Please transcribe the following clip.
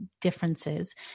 differences